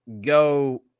go